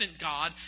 God